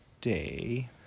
day